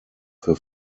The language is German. für